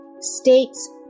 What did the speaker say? states